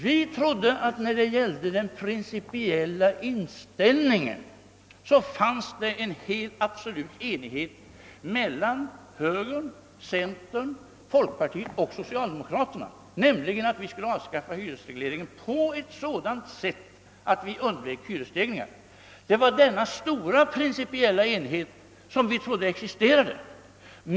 Vi trodde att det i fråga om den principiella inställningen fanns en enighet mellan högern, centern, folkpartiet och <socialdemokraterna, nämligen att vi skulle kunna avskaffa hyresregleringen på sådant sätt att vi undvek hyresstegringar. Det var denna stora principiella enighet som vi trodde existerade.